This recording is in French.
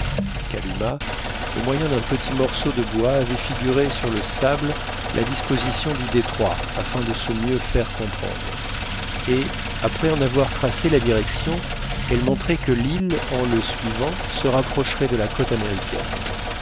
kalumah au moyen d'un petit morceau de bois avait figuré sur le sable la disposition du détroit afin de se mieux faire comprendre et après en avoir tracé la direction elle montrait que l'île en le suivant se rapprocherait de la côte américaine